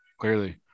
Clearly